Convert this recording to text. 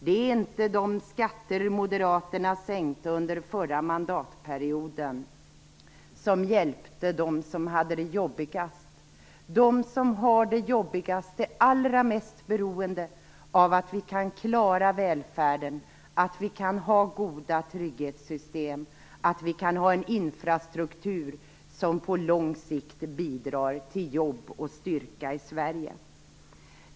Det var inte de skatter Moderaterna sänkte under den förra mandatperioden som hjälpte dem som hade det jobbigast. De som har det jobbigast är allra mest beroende av att vi kan klara välfärden och ha goda trygghetssystem och en infrastruktur som på lång sikt bidrar till jobb och styrka i Sverige.